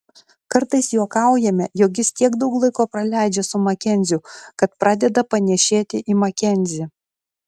kartais juokaujame jog jis tiek daug laiko praleidžia su makenziu kad pradeda panėšėti į makenzį